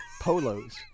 Polos